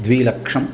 द्विलक्षम्